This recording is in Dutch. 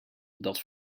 dat